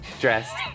dressed